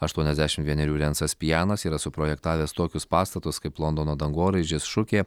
aštuoniasdešim vienerių rencas pijanas yra suprojektavęs tokius pastatus kaip londono dangoraižis šukė